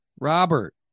Robert